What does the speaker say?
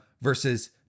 versus